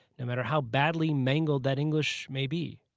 no matter how badly mangled that english may be.